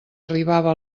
arribava